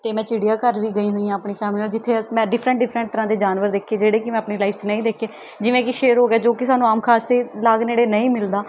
ਅਤੇ ਮੈਂ ਚਿੜੀਆ ਘਰ ਵੀ ਗਈ ਹੋਈ ਹਾਂ ਆਪਣੀ ਫੈਮਿਲੀ ਨਾਲ਼ ਜਿੱਥੇ ਮੈਂ ਡਿਫਰੈਂਟ ਡਿਫਰੈਂਟ ਤਰ੍ਹਾਂ ਦੇ ਜਾਨਵਰ ਦੇਖੇ ਜਿਹੜੇ ਕਿ ਮੈਂ ਆਪਣੀ ਲਾਈਫ਼ 'ਚ ਨਹੀਂ ਦੇਖੇ ਜਿਵੇਂ ਕਿ ਸ਼ੇਰ ਹੋ ਗਿਆ ਜੋ ਕਿ ਸਾਨੂੰ ਆਮ ਖਾਸ ਅਤੇ ਲਾਗ ਨੇੜੇ ਨਹੀਂ ਮਿਲਦਾ